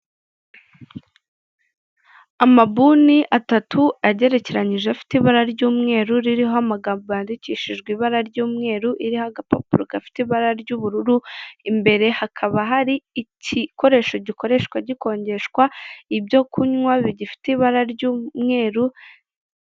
Amabuni atatu agererekeranyije, afite ibara ry'umweru ririho amagambo yandikishijwe ibara ry'umweru, ririho agapapuro gafite ibara ry'ubururu, imbere hakaba hari igikoresho gikoreshwa gikojeshwa ibyo kunywa bigifite ibara ry'umweru.